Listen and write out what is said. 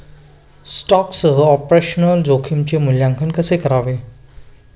स्टॉकसह ऑपरेशनल जोखमीचे मूल्यांकन कसे करावे?